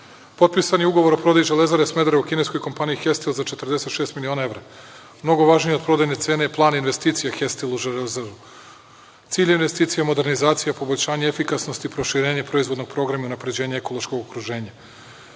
dinara. Potpisan je ugovor o prodaji „Železare Smederevo“ kineskoj kompaniji „Hestil“ za 46 miliona evra. Mnogo važnije od prodajne cene je plan investicija „Hestila“ u „Železaru“. Cilj investicija je modernizacija, poboljšanje efikasnosti, proširenje proizvodnog programa i unapređenje ekološkog okruženja. Danas